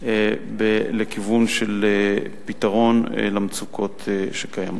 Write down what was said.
לכיוון של פתרון למצוקות שקיימות.